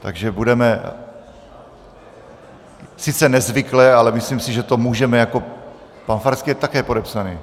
Takže budeme, sice nezvykle, ale myslím si, že to můžeme pan Farský je také podepsaný?